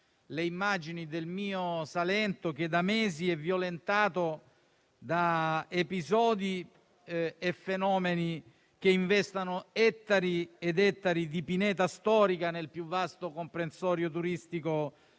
le immagini del mio Salento, che da mesi è violentato da fenomeni che investono ettari ed ettari di pineta storica, nel più vasto comprensorio turistico